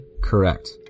Correct